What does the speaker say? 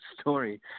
story